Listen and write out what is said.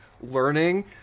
learning